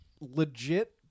legit